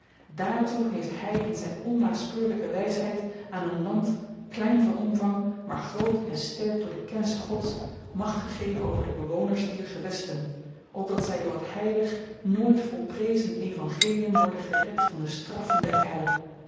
dààrtoe heeft hy in zyn onnaspeurlyke wysheid aan een land klein van omvang maar groot en sterk door de kennisse gods macht gegeven over de bewoners dier gewesten opdat zy door het heilig nooit volprezen evangelium worden gered van de straffen